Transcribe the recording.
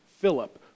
Philip